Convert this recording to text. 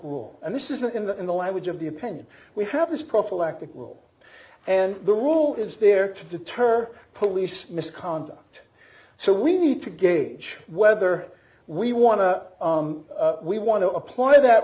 rule and this isn't in the in the language of the opinion we have this prophylactic will and the rule is there to deter police misconduct so we need to gauge whether we want to d we want to apply that